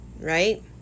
right